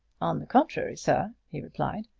on the contrary, sir, he replied,